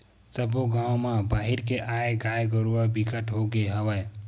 सब्बो गाँव म बाहिर के आए गाय गरूवा बिकट के होगे हवय